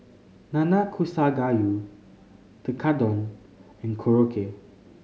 Nanakusa Gayu Tekkadon and Korokke